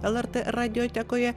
lrt radiotekoje